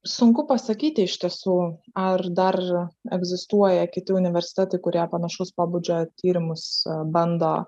sunku pasakyti iš tiesų ar dar egzistuoja kiti universitetai kurie panašaus pobūdžio tyrimus bando